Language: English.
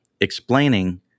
explaining